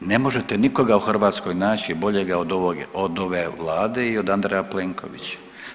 Ne možete nikoga u Hrvatskog naći boljega od ove vlade i od Andreja Plenkovića.